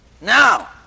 Now